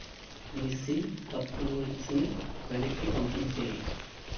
Nissin cup నూడిల్స్ని వెనక్కి పంపించేయి